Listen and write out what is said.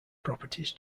properties